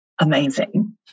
amazing